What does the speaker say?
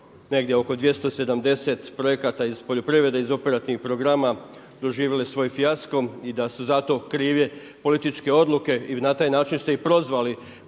negdje oko 270 projekata iz poljoprivrede iz operativnih programa doživjelo svoj fijasko i da su zato krive političke odluke i na taj način ste i prozvali